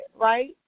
Right